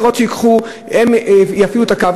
שייקחו חברות אחרות, הם יפעילו את הקו.